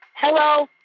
hello.